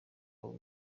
wawe